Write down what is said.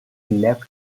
left